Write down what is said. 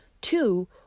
Two